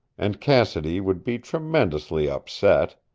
and cassidy would be tremendously upset!